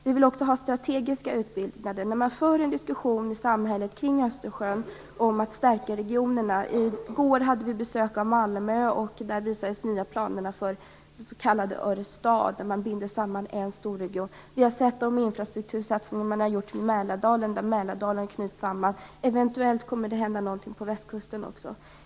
Vi vill också ha strategiska utbyggnader. Man för en diskussion i samhället om att stärka regionerna kring Östersjön. I går hade vi besök av Malmö. Då visades de nya planerna för det s.k. Örestad där man binder samman en storregion. Vi har sett de infrastruktursatsningar man har gjort kring Mälardalen. Där knyts Mälardalen samman. Eventuellt kommer det att hända någonting på Västkusten också.